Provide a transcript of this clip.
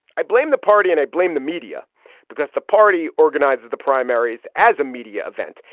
i blame the party and i blame the media because the party organizes the primaries as a media event.